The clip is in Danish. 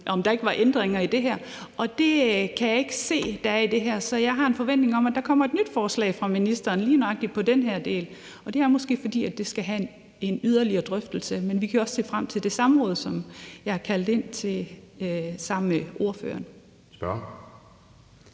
om der ikke var ændringer i det her, og det kan jeg ikke se i det her. Så jeg har en forventning om, at der kommer et nyt forslag fra ministeren lige nøjagtig på den her del, og det er måske, fordi det skal have en yderligere drøftelse. Men vi kan også se frem til det samråd, som jeg har kaldt ind til sammen med ordføreren.